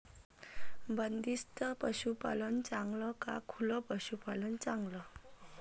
बंदिस्त पशूपालन चांगलं का खुलं पशूपालन चांगलं?